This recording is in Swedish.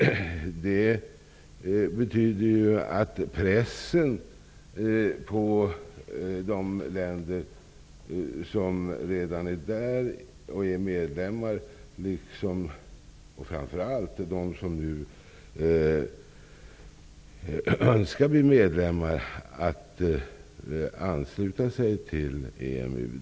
Det betyder att pressen på de länder som redan är medlemmar, liksom framför allt på de länder som nu önskar bli medlemmar att ansluta sig till EMU, ökar.